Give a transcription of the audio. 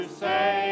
say